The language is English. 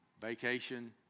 vacation